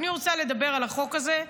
אני רוצה לדבר על החוק הזה,